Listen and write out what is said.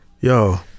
Yo